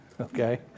Okay